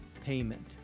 payment